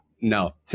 No